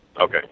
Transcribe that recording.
Okay